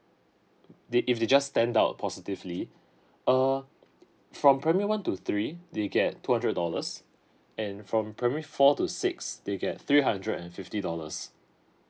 they if they just stand out positively err from primary one to three they get two hundred dollars and from primary four to six they get three hundred and fifty dollars